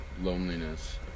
loneliness